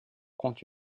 compte